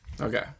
Okay